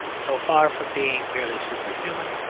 so far from being merely superhuman,